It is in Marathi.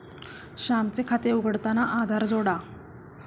श्यामचे खाते उघडताना आधार जोडा